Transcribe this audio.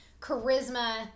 charisma